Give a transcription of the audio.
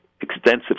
extensive